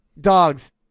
dogs